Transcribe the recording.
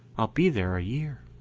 i'll be there a year.